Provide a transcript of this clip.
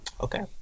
okay